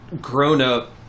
grown-up